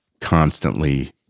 constantly